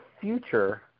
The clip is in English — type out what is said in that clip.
future